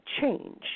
change